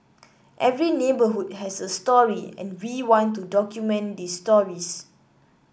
every neighbourhood has a story and we want to document these stories